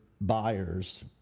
buyers